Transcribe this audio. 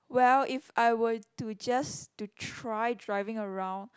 well if I were to just to try driving around